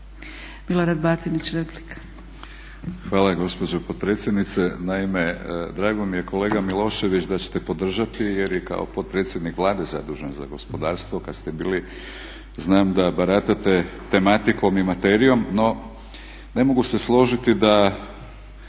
Milorad Batinić, replika.